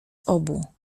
obu